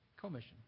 commission